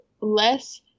less